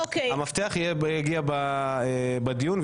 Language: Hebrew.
המפתח יגיע בדיון,